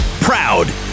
proud